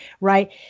right